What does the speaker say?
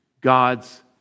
God's